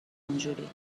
اونجوری